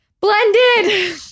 Blended